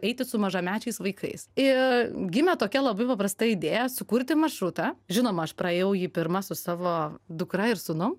eiti su mažamečiais vaikais ir gimė tokia labai paprasta idėja sukurti maršrutą žinoma aš praėjau jį pirma su savo dukra ir sūnum